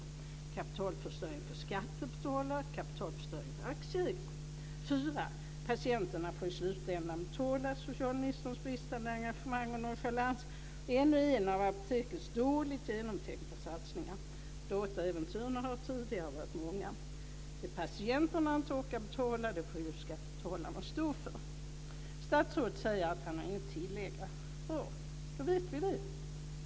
Det är kapitalförstöring för skattebetalare och aktieägare. För det fjärde: Patienterna får i slutändan betala socialministerns bristande engagemang och nonchalans och ännu en av Apotekets dåligt genomtänkta satsningar. Dataäventyren har tidigare varit många. Det patienterna inte orkar betala får skattebetalarna stå för. Statsrådet säger att han inget har att tillägga. Bra, då vet vi det.